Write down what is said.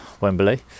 Wembley